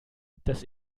das